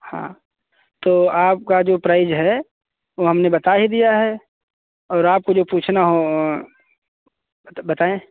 हाँ तो आपका जो प्राइज है वो हमने बता ही दिया है और आपको जो पूछना हो बताएं